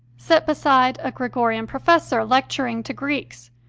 set beside a gregorian professor lecturing to greeks,